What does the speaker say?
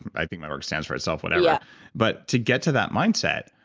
i think my work stands for itself, whatever, yeah but to get to that mindset,